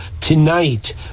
tonight